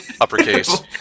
uppercase